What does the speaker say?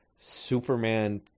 Superman